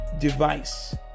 device